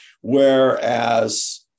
Whereas